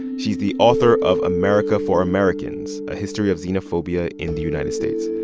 she's the author of america for americans a history of xenophobia in the united states.